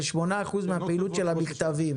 זה 8% מן הפעילות של המכתבים.